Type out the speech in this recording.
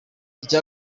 icya